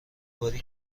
باری